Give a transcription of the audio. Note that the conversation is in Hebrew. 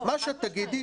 לא, חד משמעית.